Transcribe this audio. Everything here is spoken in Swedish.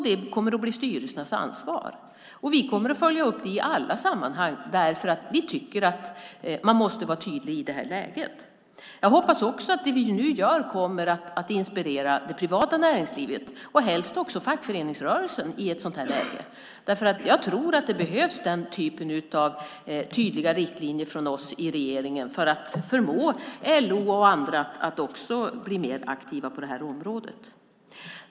Det kommer att bli styrelsernas ansvar, och vi kommer att följa upp det i alla sammanhang därför att vi tycker att man måste vara tydlig i det här läget. Jag hoppas att det vi nu gör kommer att inspirera det privata näringslivet och helst också fackföreningsrörelsen i ett sådant här läge. Jag tror nämligen att den typen av tydliga riktlinjer från oss i regeringen behövs för att förmå LO och andra att också bli mer aktiva på det här området.